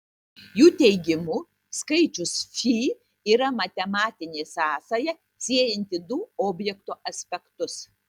jų teigimu skaičius fi yra matematinė sąsaja siejanti du objekto aspektus